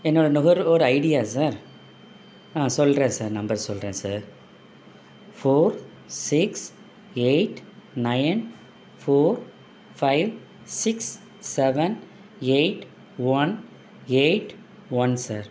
என்னோட நுகர்வோர் Idea sir ஆ சொல்லுறேன் சார் நம்பர் சொல்லுறேன் sir four six eight nine four five six seven eight one eight one sir